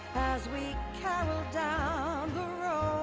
as we carol down the